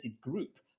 group